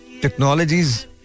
technologies